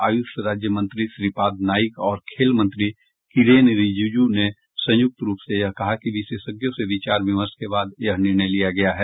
आयूष राज्य मंत्री श्रीपद नाइक और खेल मंत्री किरेन रिजिजू ने संयुक्त रूप से यह कहा कि विशेषज्ञों से विचार विमर्श के बाद यह निर्णय लिया गया है